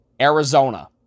Arizona